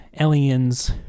aliens